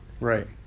Right